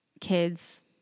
kids